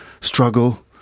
struggle